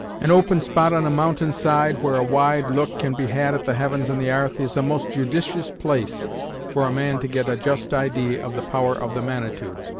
an open spot on a mountain side, where a wide look can be had at the heavens and the arth, is a most judicious place for a man to get a just idee of the power of the manitou,